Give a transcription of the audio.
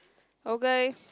okay